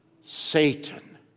Satan